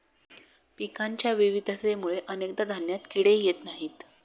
पिकांच्या विविधतेमुळे अनेकदा धान्यात किडे येत नाहीत